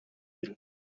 villes